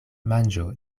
manĝo